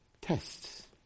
Tests